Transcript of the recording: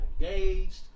engaged